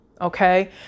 Okay